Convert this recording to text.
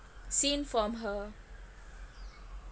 seen from her